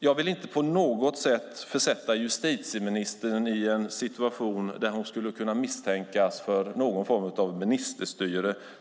Jag vill inte på något sätt försätta justitieministern i en situation där hon skulle kunna misstänkas för någon form av ministerstyre.